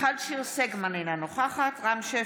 מיכל שיר סגמן, אינה נוכחת רם שפע,